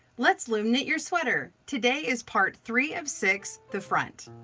let's loom knit your sweater! today is part three of six, the front.